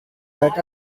that